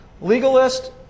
Legalist